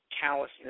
callousness